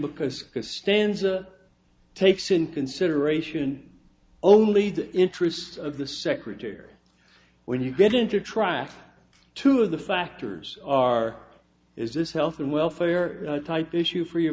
because stanza takes into consideration only the interests of the secretary when you get into traffic two of the factors are is this health and welfare type issue for your